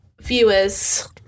Viewers